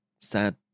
sad